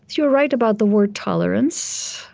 you're right about the word tolerance.